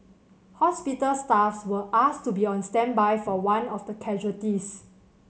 hospital staffs were asked to be on standby for one of the casualties